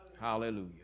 hallelujah